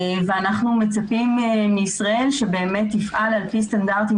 אנחנו מצפים מישראל שבאמת תפעל על פי סטנדרטים